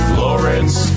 Florence